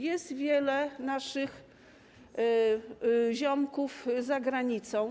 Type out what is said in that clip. Jest wielu naszych ziomków za granicą.